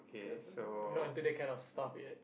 cause I I'm not into that kind of stuff yet